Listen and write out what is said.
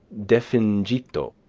defingito,